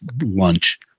lunch